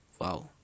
Wow